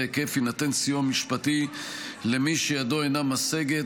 היקף יינתן סיוע משפטי למי שידו אינה משגת,